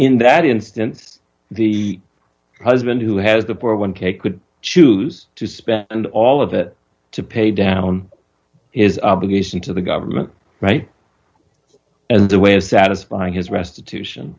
in that instance the husband who has the power when kate could choose to spend all of it to pay down his obligation to the government right and the way of satisfying his restitution